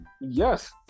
Yes